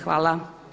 Hvala.